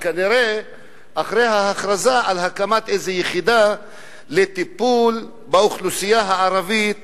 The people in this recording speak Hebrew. וכנראה אחרי ההכרזה על הקמת איזו יחידה לטיפול באוכלוסייה הערבית